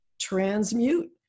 transmute